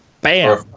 Bam